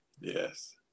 Yes